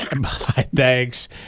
thanks